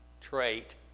trait